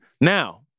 Now